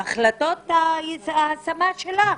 בהחלטות ההשמה שלך.